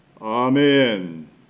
Amen